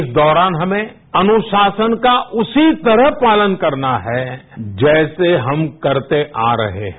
इस दौरान हमें अनुशासन का उसी तरह पालन करना है जैसे हम करते आ रहे हैं